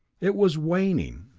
it was waning!